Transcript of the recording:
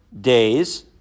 days